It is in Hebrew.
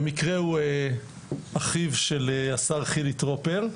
במקרה הוא אחיו של השר חילי טרופר,